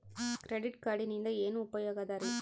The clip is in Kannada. ಕ್ರೆಡಿಟ್ ಕಾರ್ಡಿನಿಂದ ಏನು ಉಪಯೋಗದರಿ?